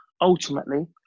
ultimately